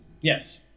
yes